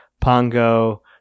pongo